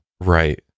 Right